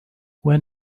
when